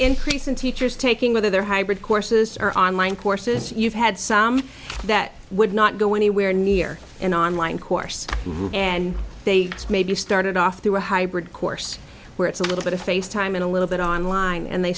increase in teachers taking whether they're hybrid courses are online courses you've had some that would not go anywhere near an online course and they may be started off through a hybrid course where it's a little bit of face time in a little bit on line and they